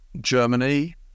Germany